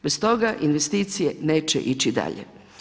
Bez toga investicije neće ići dalje.